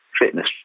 fitness